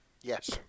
Yes